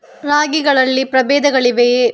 ರಾಗಿಗಳಲ್ಲಿ ಪ್ರಬೇಧಗಳಿವೆಯೇ?